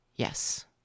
Yes